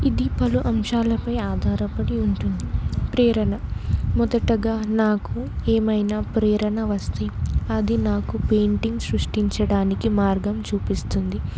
ఇది పలు అంశాలపై ఆధారపడి ఉంటుంది ప్రేరణ మొదటగా నాకు ఏమైనా ప్రేరణ వస్తే అది నాకు పెయింటింగ్ సృష్టించడానికి మార్గం చూపిస్తుంది